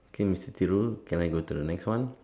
okay mister Thiru can I go to the next one